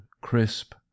crisp